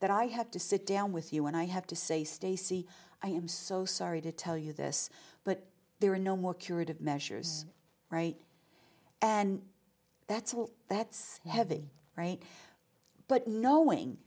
that i have to sit down with you and i have to say stacy i am so sorry to tell you this but there are no more curative measures right and that's all that's heavy rain but knowing